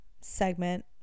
segment